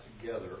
together